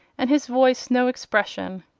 and his voice no expression.